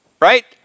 right